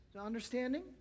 Understanding